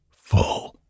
full